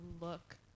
look